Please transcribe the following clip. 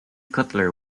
cutler